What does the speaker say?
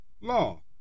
law